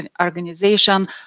organization